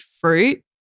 fruit